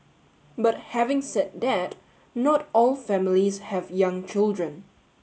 but having said that not all families have young children